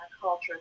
culture